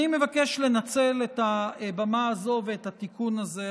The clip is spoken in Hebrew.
אני מבקש לנצל את הבמה הזאת ואת התיקון הזה,